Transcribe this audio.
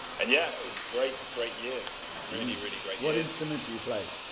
and yeah, it's great. great years, really really great what instrument do you play?